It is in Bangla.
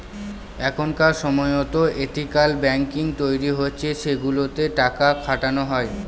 এখনকার সময়তো এথিকাল ব্যাঙ্কিং তৈরী হচ্ছে সেগুলোতে টাকা খাটানো হয়